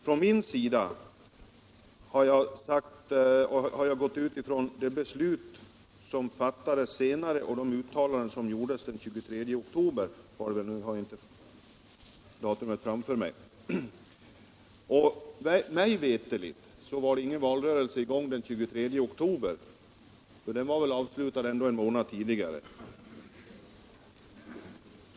För min del har jag utgått från de beslut som fattades senare och de uttalanden som gjordes den 23 oktober. Mig veterligt pågick det inte någon valrörelse den 23 oktober, den var väl avslutad en månad tidigare.